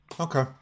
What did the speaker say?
Okay